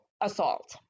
assault